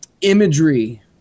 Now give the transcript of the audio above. imagery